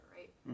right